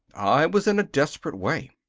i was in a desperate way.